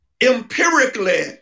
empirically